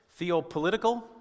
theopolitical